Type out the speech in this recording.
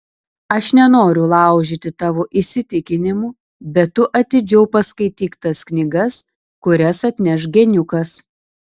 aš nenoriu laužyti tavo įsitikinimų bet tu atidžiau paskaityk tas knygas kurias atneš geniukas